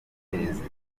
perezida